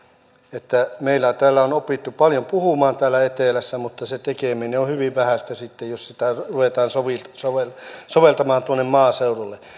että meillä täällä etelässä on opittu paljon puhumaan mutta se tekeminen on hyvin vähäistä sitten jos sitä ruvetaan soveltamaan tuonne maaseudulle